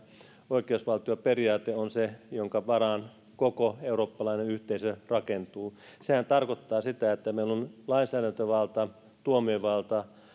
oikeusvaltioperiaate on se jonka varaan koko eurooppalainen yhteisö rakentuu sehän tarkoittaa sitä että meillä on lainsäädäntövalta tuomiovalta